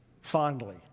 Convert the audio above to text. Fondly